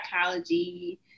psychology